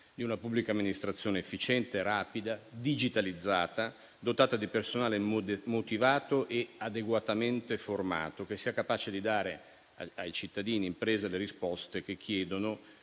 di una pubblica amministrazione efficiente e rapida, digitalizzata, dotata di personale motivato e adeguatamente formato, capace di dare ai cittadini e alle imprese le risposte che chiedono